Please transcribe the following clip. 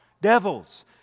Devils